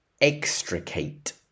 extricate